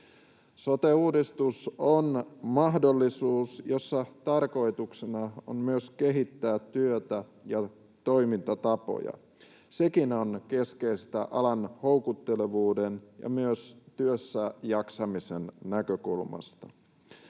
Sote-uudistus on mahdollisuus, jossa tarkoituksena on myös kehittää työtä ja toimintatapoja. Sekin on keskeistä alan houkuttelevuuden ja myös työssä jaksamisen näkökulmasta.